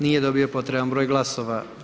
Nije dobio potreban broj glasova.